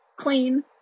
clean